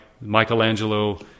Michelangelo